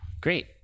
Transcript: Great